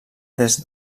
des